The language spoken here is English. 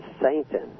satan